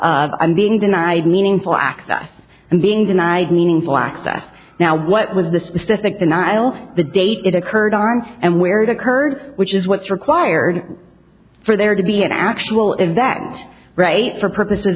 montra being denied meaningful access and being denied meaningful access now what was the specific denial the date it occurred on and where it occurred which is what's required for there to be an actual event right for purposes